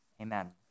amen